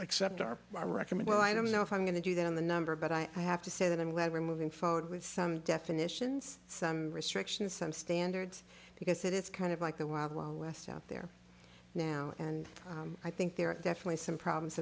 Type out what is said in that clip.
accept are i recommend well i don't know if i'm going to do that on the number but i have to say that i'm glad we're moving forward with some definitions some restrictions some standards because it is kind of like the wild west out there now and i think there are definitely some problems